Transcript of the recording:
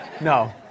No